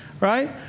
Right